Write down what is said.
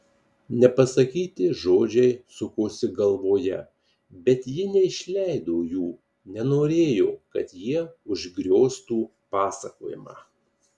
nepasakyti žodžiai sukosi galvoje bet ji neišleido jų nenorėjo kad jie užgrioztų pasakojimą